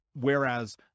whereas